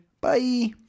Bye